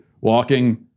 walking